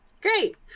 Great